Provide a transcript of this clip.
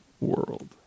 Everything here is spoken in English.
world